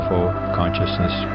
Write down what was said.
Consciousness